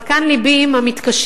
אבל כאן לבי עם המתקשים,